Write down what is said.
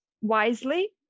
wisely